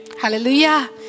Hallelujah